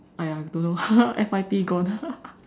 !aiya! don't know F_Y_P gone